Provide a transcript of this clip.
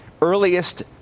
earliest